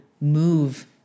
move